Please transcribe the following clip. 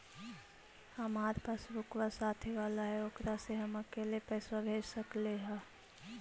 हमार पासबुकवा साथे वाला है ओकरा से हम अकेले पैसावा भेज सकलेहा?